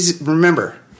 Remember